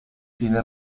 tiene